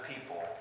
people